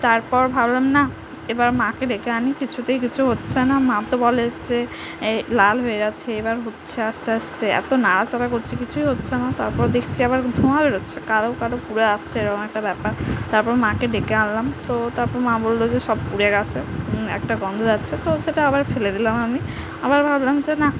তারপর ভাবলাম না এবার মাকে ডেকে আনি কিছুতেই কিছু হচ্ছে না মা তো বলে যে এই লাল হয়ে যাচ্ছে এবার হচ্ছে আস্তে আস্তে এতো নাড়া চাড়া করছি কিছুই হচ্ছে না তারপর দেখছি আবার ধোঁয়া বেরোচ্ছে কালো কালো পুড়ে যাচ্ছে এরম একটা ব্যাপার তারপর মাকে ডেকে আনলাম তো তারপর মা বললো যে সব পুড়ে গেছে একটা গন্ধ যাচ্ছে তো তো সেটা আবার ফেলে দিলাম আমি আমার ভাবলাম যে নাহ